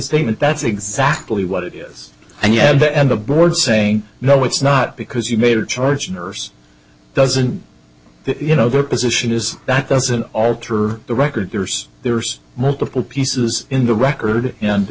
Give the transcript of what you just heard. statement that's exactly what it is and you had to end a board saying no it's not because you made a charge nurse doesn't you know their position is that doesn't alter the record there's there's multiple pieces in the record